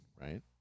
Right